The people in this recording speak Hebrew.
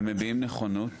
הם מביעים נכונות